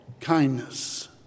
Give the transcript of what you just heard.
kindness